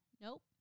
Nope